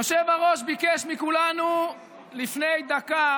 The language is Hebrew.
היושב-ראש ביקש מכולנו לפני דקה